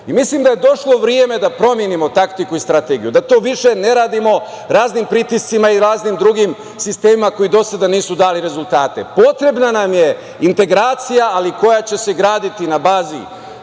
zemlju. Mislim da je došlo vreme da promenimo taktiku i strategiju, da to više ne radimo raznim pritiscima i raznim drugim sistemima koji do sada nisu dali rezultate. Potrebna nam je integracija, ali koja će se graditi na bazi